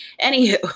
anywho